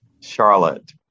Charlotte